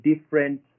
different